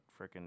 freaking